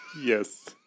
Yes